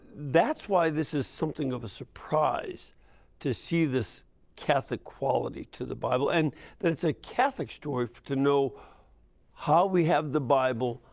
that's why this is something of a surprise to see this catholic quality to the bible. and it's a catholic story to know how we have the bible,